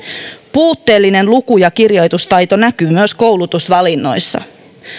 puutteellinen luku ja kirjoitustaito näkyy myös koulutusvalinnoissa